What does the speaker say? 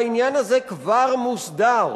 והעניין הזה כבר מוסדר.